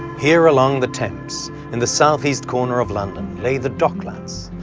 here along the thames, in the southeast corner of london, lay the docklands,